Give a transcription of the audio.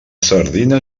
sardina